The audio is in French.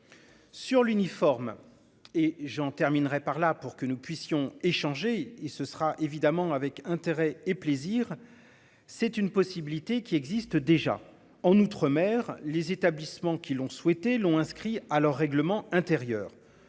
Sur l'uniforme et j'en terminerai par là pour que nous puissions échanger et ce sera évidemment avec intérêt et plaisir. C'est une possibilité qui existe déjà en outre-mer les établissements qui l'ont souhaité l'ont inscrit à leur règlement intérieur.